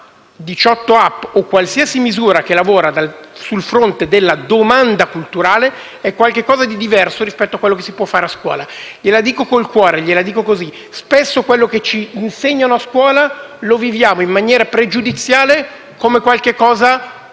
ma 18app o qualsiasi misura che lavora sul fronte della domanda culturale è qualcosa di diverso rispetto a ciò che si può fare a scuola. Glielo dico con il cuore, glielo dico così: spesso quello che ci insegnano a scuola lo viviamo in maniera pregiudiziale, come qualcosa che,